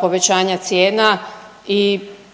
povećanja cijena i teško